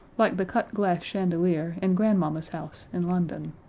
like the cut-glass chandelier in grandmamma's house in london.